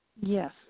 Yes